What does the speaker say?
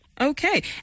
Okay